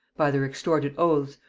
by their extorted oaths,